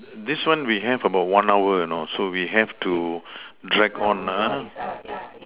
this one we have about one hour you know so we have to drag on uh